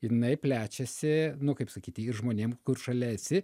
jinai plečiasi nu kaip sakyti ir žmonėm kur šalia esi